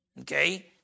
okay